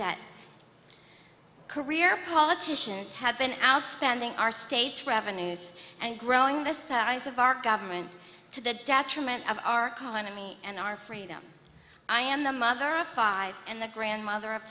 debt career politicians have been outstanding our state's revenues and growing the size of our government to the detriment of our calling to me and our freedom i am the mother of five and the grandmother